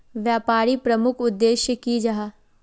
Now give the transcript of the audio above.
व्यापारी प्रमुख उद्देश्य की जाहा?